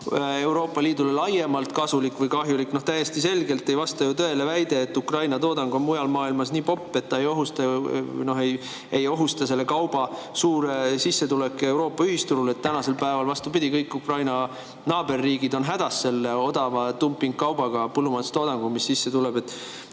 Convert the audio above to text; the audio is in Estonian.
Euroopa Liidule laiemalt kasulik või kahjulik? Täiesti selgelt ei vasta tõele väide, et Ukraina toodang on mujal maailmas nii popp, et selle kauba suur sissetulek Euroopa ühisturule meid ei ohusta. Tänasel päeval, vastupidi, kõik Ukraina naaberriigid on hädas selle odavadumping-kaubaga, põllumajandustoodanguga, mis sisse tuleb.